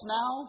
now